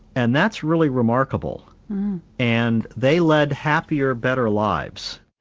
and that's really remarkable and they led happier, better lives.